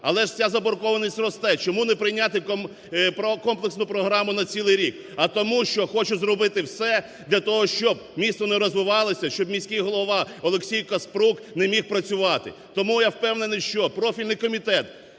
Але ж ця заборгованість росте. Чому не прийняти комплексну програму на цілий рік? А тому що хочуть зробити все для того, щоб місто не розвивалося, щоб міський голова Олексій Каспрук не міг працювати. Тому я впевнений, що профільний Комітет